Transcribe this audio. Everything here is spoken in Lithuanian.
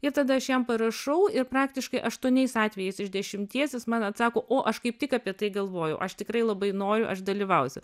ir tada aš jam parašau ir praktiškai aštuoniais atvejais iš dešimties jis man atsako o aš kaip tik apie tai galvoju aš tikrai labai noriu aš dalyvausiu